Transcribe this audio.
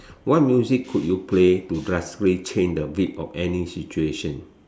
what music could you play to drastically change the beat of any situation